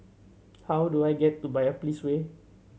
how do I get to Biopolis Way